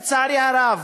לצערי הרב?